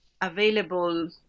available